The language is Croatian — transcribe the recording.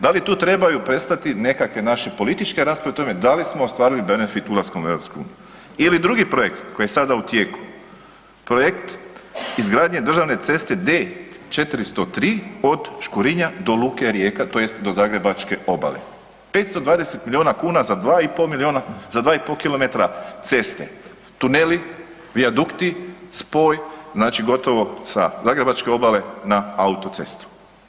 Da li tu trebaju prestati nekakve naše političke rasprave o tome da li smo ostvarili benefit ulaskom u EU ili drugi projekt koji je sada u tijeku, projekt izgradnje državne ceste D403 od Škurinje do Luke Rijeka tj. do Zagrebačke obale 520 milijuna kuna za 2,5 km ceste, tuneli, vijadukti, spoj znači gotovo sa Zagrebačke obale na autocestu.